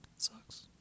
sucks